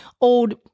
old